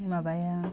माबाया